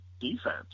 defense